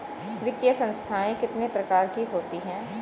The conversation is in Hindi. वित्तीय संस्थाएं कितने प्रकार की होती हैं?